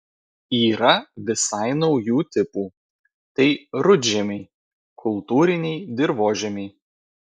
yra visai naujų tipų tai rudžemiai kultūriniai dirvožemiai